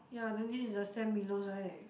ya then this is the Sam Willows [right]